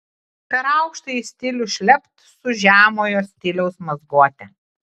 per aukštąjį stilių šlept su žemojo stiliaus mazgote